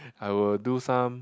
I will do some